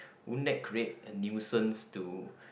would that create a nuisance to